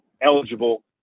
eligible